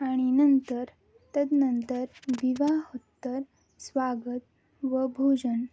आणि नंतर तदनंतर विवाहोत्तर स्वागत व भोजन